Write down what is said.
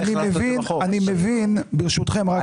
אני מבין, ברשותכם, רק שנייה.